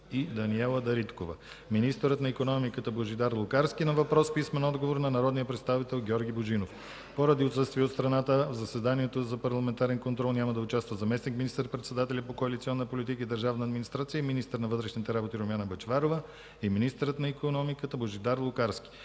и Даниела Дариткова; - министърът на икономиката Божидар Лукарски – на въпрос с писмен отговор от народния представител Георги Божинов. Поради отсъствие от страната в заседанието за парламентарен контрол няма да участват заместник министър-председателят по коалиционна политика и държавна администрация и министър на вътрешните работи Румяна Бъчварова, и министърът на икономиката Божидар Лукарски.